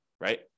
right